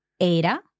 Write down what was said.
era